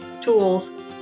tools